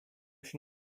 się